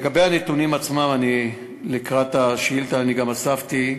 לגבי הנתונים עצמם, לקראת השאילתה אני גם אספתי,